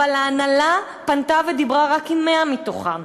אבל ההנהלה פנתה ודיברה רק עם 100 מתוכם.